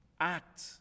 act